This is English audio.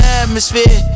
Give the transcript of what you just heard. atmosphere